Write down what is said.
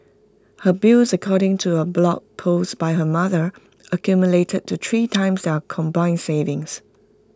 her bills according to A blog post by her mother accumulated to three times are combined savings